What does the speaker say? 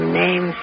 name